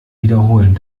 wiederholen